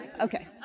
Okay